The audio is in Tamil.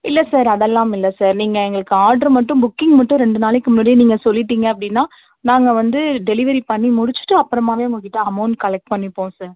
இல்லை சார் அதெல்லாம் இல்லை சார் நீங்கள் எங்களுக்கு ஆடர் மட்டும் புக்கிங் மட்டும் ரெண்டு நாளைக்கு முன்னாடியே நீங்கள் சொல்லிட்டீங்க அப்படின்னா நாங்கள் வந்து டெலிவரி பண்ணி முடிச்சுட்டு அப்புறமாவே உங்கள்கிட்ட அமௌண்ட் கலெக்ட் பண்ணிப்போம் சார்